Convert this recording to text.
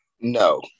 no